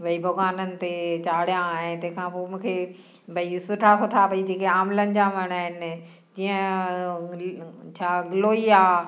भई भॻवाननि ते चाढ़ियां ऐं तंहिंखा पोइ मूंखे भई सुठा सुठा भई जेके आंवलनि जा वण आहिनि जीअं छा गिलोई आहे